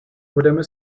budeme